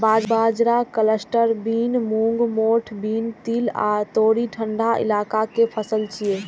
बाजरा, cluster bean, मूंग, मोठ बीन, तिल आ तोरी ठंढा इलाका के फसल छियै